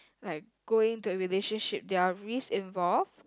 like going to a relationship there are risk involved